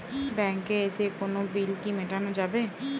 ব্যাংকে এসে কোনো বিল কি মেটানো যাবে?